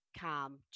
calm